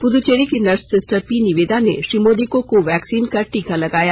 पुद्दचेरी की nurse sister P Niveda ने श्री मोदी को को वैक्सीन का टीका लगाया